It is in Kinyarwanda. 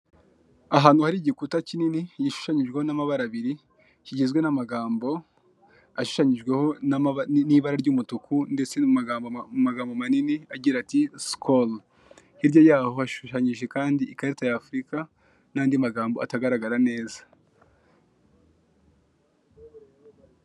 Ahantu hari igikuta kinini gishushanyijweho n'amabara abiri kigizwe n'amagambo ashushanyijweho n'ibara ry'umutuku ndetse no mu magambo manini agira ati,"SCOL". Hirya yaho hashushanyije ikarita ya Afurika, n'andi magambo atagaragara neza.